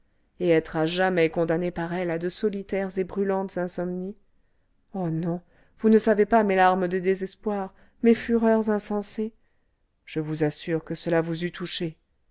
et être à jamais condamné par elle à de solitaires et brûlantes insomnies oh non vous ne savez pas mes larmes de désespoir mes fureurs insensées je vous assure que cela vous eût touchée